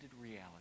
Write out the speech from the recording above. reality